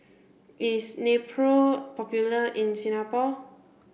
is Nepro popular in Singapore